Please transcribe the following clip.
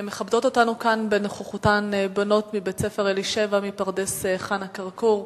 מכבדות אותנו כאן בנוכחותן בנות מבית-הספר "אלישבע" מפרדס-חנה כרכור.